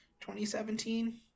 2017